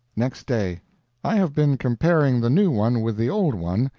next day i have been comparing the new one with the old one,